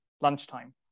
lunchtime